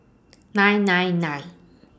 nine nine nine